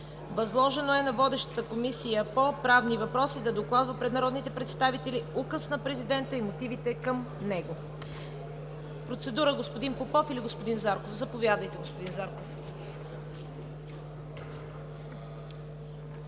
Възложено е на водещата Комисия по правни въпроси да докладва пред народните представители Указа на Президента и мотивите към него. Процедура – господин Попов или господин Зарков? Заповядайте, господин Зарков.